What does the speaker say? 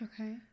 Okay